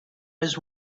was